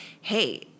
hey